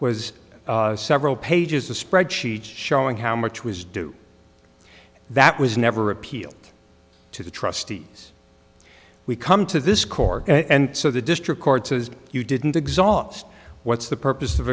was several pages of spreadsheets showing how much was due that was never appealed to the trustees we come to this court and so the district court says you didn't exhaust what's the purpose of